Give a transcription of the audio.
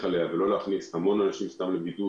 עליה מבלי להכניס המון אנשים סתם לבידוד